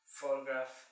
photograph